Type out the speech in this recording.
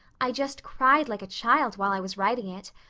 i just cried like a child while i was writing it.